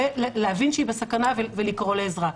ולהבין שהיא בסכנה ולקרוא לעזרה.